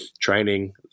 training